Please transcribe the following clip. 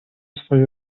swej